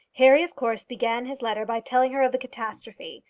harry of course began his letter by telling her of the catastrophe,